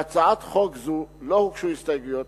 להצעת חוק זו לא הוגשו הסתייגויות,